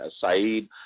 saeed